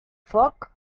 foc